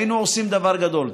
היינו עושים דבר גדול.